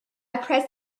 press